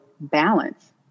balance